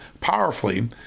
powerfully